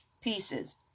pieces